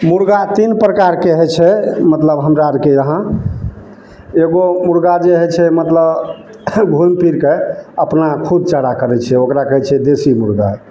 मुर्गा तीन प्रकारके होइ छै मतलब हमरा आरके यहाँ एगो मुर्गा जे होइ छै मतलब घुमि फिर कऽ अपना खुद चारा करै छै ओकरा कहै छै देशी मुर्गा